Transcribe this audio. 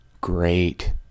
Great